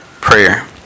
Prayer